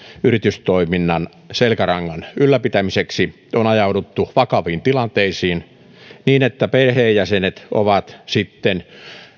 yritystoiminnan selkärangan ylläpitämiseksi on ajauduttu vakaviin tilanteisiin niin että perheenjäsenet ovat sitten